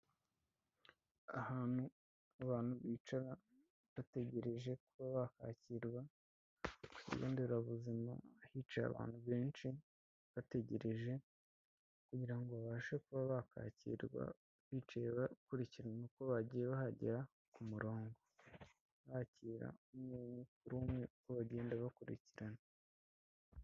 Ahantu abantu bicara bategereje kuba bahakirwa ku kigo nderabuzimahicaye abantu benshi bategereje kugira babashe kuba ba bakakirwa bicaye bakurikiranrana uko bagiye bahagera ku murongo bakira' umwe umwe uko bagenda bakurikirana.